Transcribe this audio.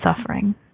suffering